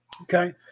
okay